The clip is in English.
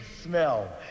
smell